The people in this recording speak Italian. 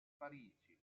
parigi